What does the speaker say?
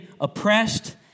oppressed